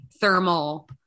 thermal